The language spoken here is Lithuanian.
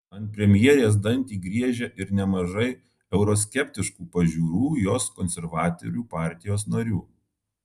ant premjerės dantį griežia ir nemažai euroskeptiškų pažiūrų jos konservatorių partijos narių